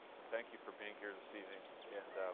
thank you for being here this evening and